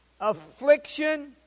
affliction